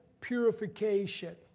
purification